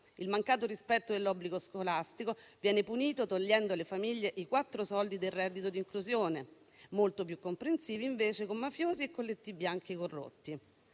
(il mancato rispetto dell'obbligo scolastico viene punito togliendo alle famiglie i quattro soldi del reddito di inclusione); molto più comprensivi, invece, con mafiosi e colletti bianchi corrotti.